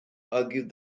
argued